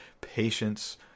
patience